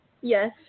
yes